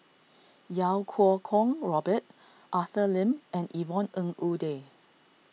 Iau Kuo Kwong Robert Arthur Lim and Yvonne Ng Uhde